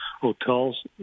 hotels